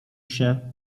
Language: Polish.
się